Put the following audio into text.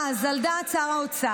אז על דעת שר האוצר,